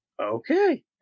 Okay